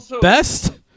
best